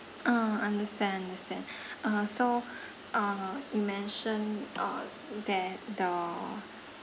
ah understand understand uh so uh you mentioned uh that the